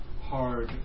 hard